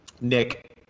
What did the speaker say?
Nick